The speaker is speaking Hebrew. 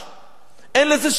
אין לזה שום משמעות.